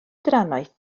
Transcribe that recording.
drannoeth